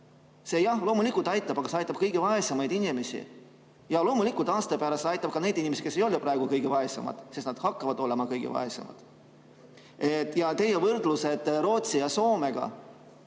tõstmine loomulikult aitab, aga see aitab kõige vaesemaid inimesi. Ja loomulikult aasta pärast aitab ka neid inimesed, kes ei ole praegu kõige vaesemad, sest nad hakkavad olema kõige vaesemad. Teie võrdlused Rootsi ja Soomega